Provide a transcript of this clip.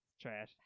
Trash